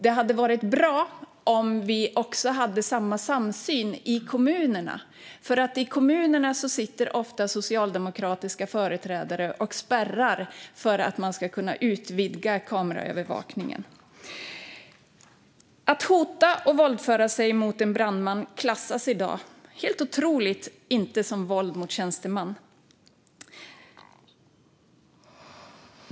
Det hade varit bra om vi också hade haft samma samsyn i kommunerna. I kommunerna sitter ofta socialdemokratiska företrädare och spärrar att man ska kunna utvidga kameraövervakningen. Att hota och våldföra sig mot en brandman klassas i dag helt otroligt inte som våld mot tjänsteman.